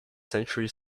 century